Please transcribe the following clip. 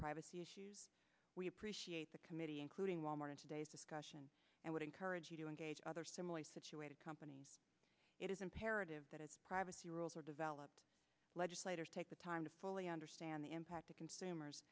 privacy issues we appreciate the committee including wal mart in today's discussion and would encourage you to engage other similarly situated companies it is imperative that as privacy rules are developed legislators take the time to fully understand the impact on consumers